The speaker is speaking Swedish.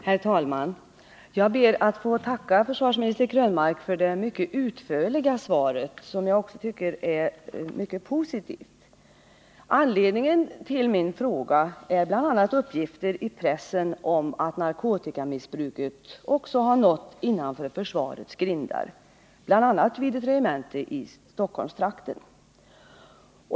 Herr talman! Jag ber att få tacka försvarsminister Krönmark för det mycket utförliga svaret, som jag också tycker är mycket positivt. Anledningen till min fråga är bl.a. uppgifter i pressen om att narkotikamissbruket också har nått innanför försvarets grindar, bl.a. vid ett regemente i Stockholmstrakten.